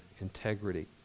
integrity